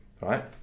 right